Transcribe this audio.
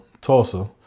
Tulsa